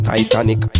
Titanic